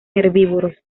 herbívoros